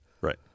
Right